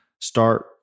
start